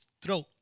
throat